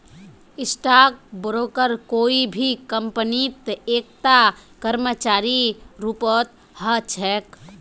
stock broker कोई भी कम्पनीत एकता कर्मचारीर रूपत ह छेक